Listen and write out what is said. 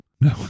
no